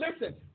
listen